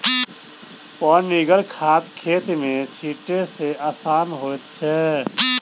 पनिगर खाद खेत मे छीटै मे आसान होइत छै